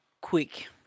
quick